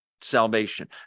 salvation